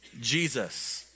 Jesus